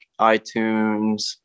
itunes